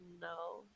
no